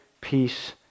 peace